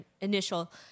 initial